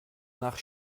nach